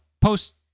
post